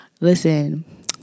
listen